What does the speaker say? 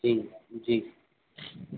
جی جی